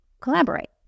collaborate